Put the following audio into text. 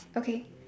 okay